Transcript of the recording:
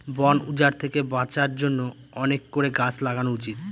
বন উজাড় থেকে বাঁচার জন্য অনেক করে গাছ লাগানো উচিত